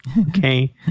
okay